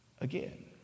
again